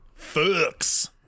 Fucks